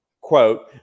quote